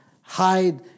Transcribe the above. hide